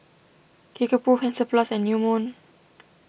Kickapoo Hansaplast and New Moon